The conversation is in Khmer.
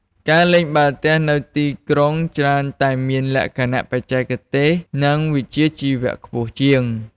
ការលេងបាល់ទះនៅទីក្រុងច្រើនតែមានលក្ខណៈបច្ចេកទេស និងវិជ្ជាជីវៈខ្ពស់ជាង។